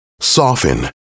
soften